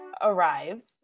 arrives